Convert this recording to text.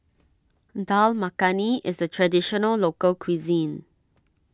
Dal Makhani is a Traditional Local Cuisine